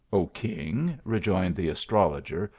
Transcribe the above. o king, rejoined the astrologer,